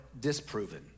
disproven